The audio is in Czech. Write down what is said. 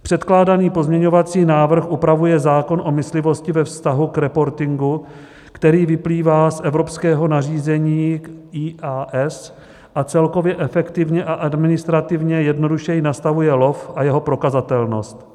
Předkládaný pozměňovací návrh upravuje zákon o myslivosti ve vztahu k reportingu, který vyplývá z evropského nařízení IAS a celkově efektivně a administrativně jednodušeji nastavuje lov a jeho prokazatelnost.